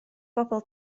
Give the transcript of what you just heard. bobl